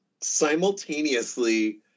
simultaneously